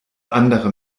andere